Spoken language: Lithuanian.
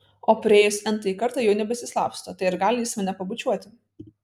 o priėjus n tąjį kartą jau nebesislapsto tai ar gali jis mane pabučiuoti